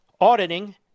auditing